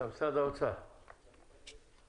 משרד האוצר, בבקשה.